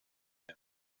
them